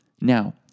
Now